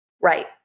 Right